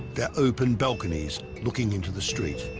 their open balconies looking into the street